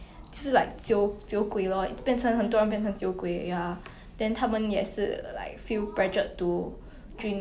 especially 韩国戏 right their